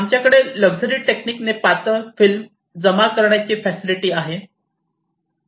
आमच्याकडे फ्लूझरी टेक्निक ने पातळ फिल्म जमा करण्याची फॅसिलिटी आहे